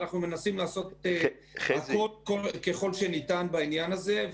ואנחנו מנסים לעשות ככל שניתן בעניין הזה.